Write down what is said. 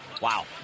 Wow